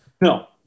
No